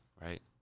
right